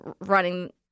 running